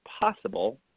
possible